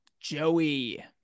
Joey